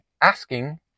asking